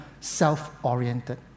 self-oriented